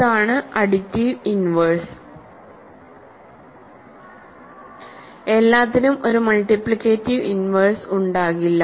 അതാണ് additive inverse എല്ലാത്തിനും ഒരു മൾട്ടിപ്ലിക്കേറ്റിവ് ഇൻവേഴ്സ് ഉണ്ടാകില്ല